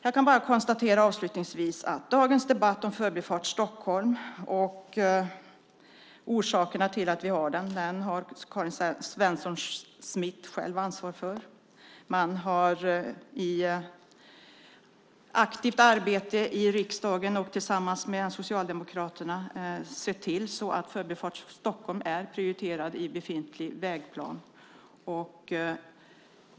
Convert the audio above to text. Jag kan avslutningsvis bara konstatera att Karin Svensson Smith själv har ansvar för orsakerna till att vi för dagens debatt om Förbifart Stockholm. I aktivt arbete i riksdagen och tillsammans med Socialdemokraterna har man sett till att Förbifart Stockholm är prioriterad i befintlig vägplan.